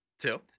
two